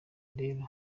rero